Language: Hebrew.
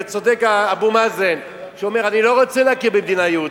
וצודק אבו מאזן שאומר: אני לא רוצה להקים מדינה יהודית.